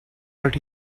but